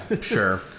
sure